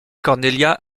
cornelia